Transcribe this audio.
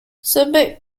subic